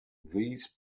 these